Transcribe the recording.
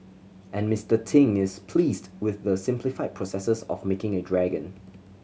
and Mister Ting is pleased with the simplified processes of making a dragon